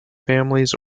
families